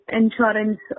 insurance